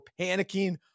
panicking